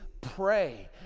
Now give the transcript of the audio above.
pray